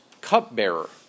cupbearer